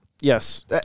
Yes